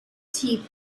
teeth